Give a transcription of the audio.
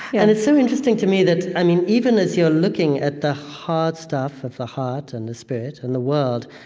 and it's so interesting to me that, i mean, even as you're looking at the hard stuff of the heart and the spirit and the world,